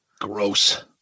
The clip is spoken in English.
Gross